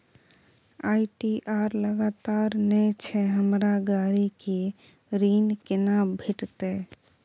ITR लगातार नय छै हमरा गाड़ी के ऋण केना भेटतै?